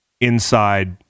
inside